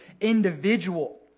individual